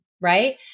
right